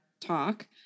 talk